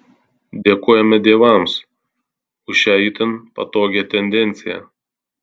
dėkojame dievams už šią itin patogią tendenciją